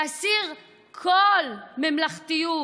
להסיר כל ממלכתיות,